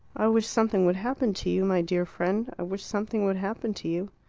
i wish something would happen to you, my dear friend i wish something would happen to you.